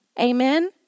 Amen